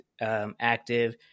active